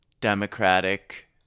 Democratic